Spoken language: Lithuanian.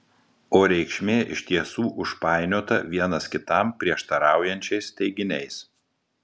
o reikšmė iš tiesų užpainiota vienas kitam prieštaraujančiais teiginiais